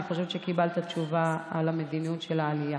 אני חושבת שקיבלת תשובה על המדיניות של העלייה.